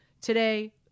today